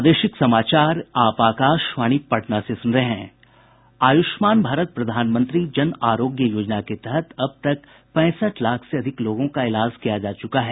आयुष्मान भारत प्रधानमंत्री जन आरोग्य योजना के तहत अब तक पैंसठ लाख से अधिक लोगों का ईलाज किया जा चुका है